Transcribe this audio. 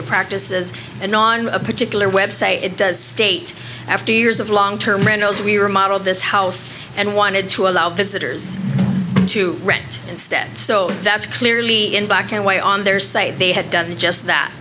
of practices and on a particular website it does state after years of long term rentals we remodeled this house and wanted to allow visitors to rent instead so that's clearly in black and white on their site they had done just that